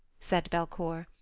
said belcour,